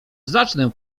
zacznę